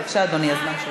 בבקשה, אדוני, הזמן שלך.